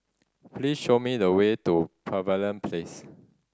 please show me the way to Pavilion Place